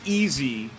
easy